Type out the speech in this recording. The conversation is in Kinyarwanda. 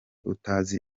utazi